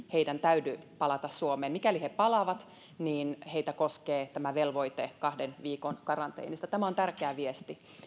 heidän ei täydy palata suomeen mikäli he palaavat niin heitä koskee tämä velvoite kahden viikon karanteenista tämä on tärkeä viesti